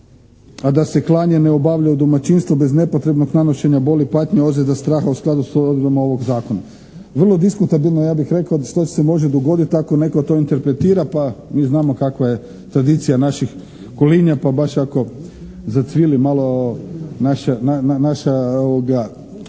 a da se klanje ne obavlja u domaćinstvu bez nepotrebnog nanošenja boli, patnje, ozljeda, straha u skladu s odredbama ovog Zakona. Vrlo diskutabilno ja bih rekao što se može dogoditi ako netko to interpretira pa mi znamo kakva je tradicija naših kolinja, pa baš ako zacvili naša